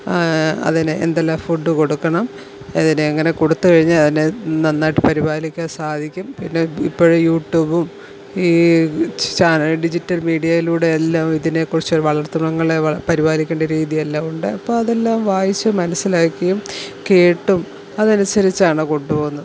അതിനെ എന്തെല്ലാം ഫുഡ് കൊടുക്കണം അതിനെ എങ്ങനെ കൊടുത്തു കഴിഞ്ഞാൽ അതിനെ നന്നായിട്ട് പരിപാലിക്കാൻ സാധിക്കും പിന്നെ ഇപ്പഴേ യൂട്യൂബും ഈ ഡിജിറ്റൽ മീഡിയയിലൂടെയെല്ലാം ഇതിനെക്കുറിച്ച് വളർത്തു മൃഗങ്ങളെ പരിപാലിക്കേണ്ട രീതിയെല്ലാം ഉണ്ട് അപ്പം അതെല്ലാം വായിച്ച് മനസ്സിലാക്കിയും കേട്ടും അതനുസരിച്ചാണ് കൊണ്ടുപോകുന്നത്